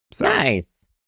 Nice